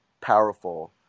powerful